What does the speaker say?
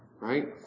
Right